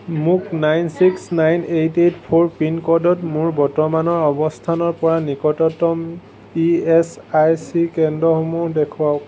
মোক nine six nine eight eight four পিনক'ডত মোৰ বৰ্তমানৰ অৱস্থানৰ পৰা নিকটতম ই এচ আই চি কেন্দ্ৰসমূহ দেখুৱাওক